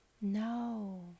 No